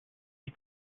die